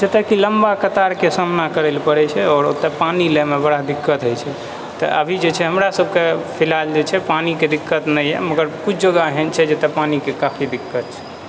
जतय कि लम्बा कतारके सामना करै लअ पड़ै छै आओर ओतय पानि लैमे बड़ा दिक्कत होइ छै तऽ अभी जे छै हमरासभके जे छै पानिके दिक्कत नहि यऽ पर किछु जगह एहन छै जतय पानिके काफी दिक्कत छै